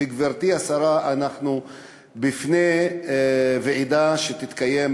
וגברתי השרה, אנחנו בפני ועידה שתתקיים